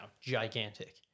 gigantic